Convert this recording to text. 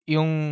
Yung